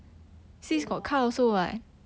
对 lor